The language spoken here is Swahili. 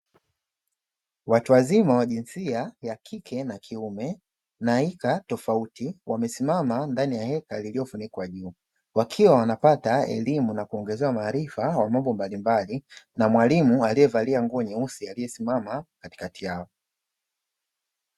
Watu wazima wa jinsia ya kike na kiume na rika tofauti wamesimama ndani ya heka lililofunikwa juu, wakiwa wanapata elimu na kuongezewa maarifa ya mambo mbalimbali na mwalimu aliyevalia nguo nyeusi aliyesimama katikati yao.